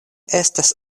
estas